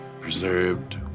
preserved